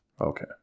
Okay